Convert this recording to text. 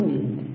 ಹೊಂದಿದ್ದೇವೆ